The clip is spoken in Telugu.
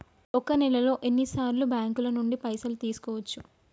ఒక నెలలో ఎన్ని సార్లు బ్యాంకుల నుండి పైసలు తీసుకోవచ్చు?